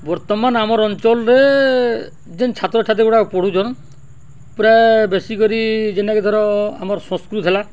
ବର୍ତ୍ତମାନ ଆମର ଅଞ୍ଚଳରେ ଯେନ୍ ଛାତ୍ରଛାତ୍ରୀ ଗୁଡ଼ାକ ପଢ଼ୁଛନ୍ ପ୍ରାୟ ବେଶୀ କରି ଯେନ୍ଟାକି ଧର ଆମର ସଂସ୍କୃତ ହେଲା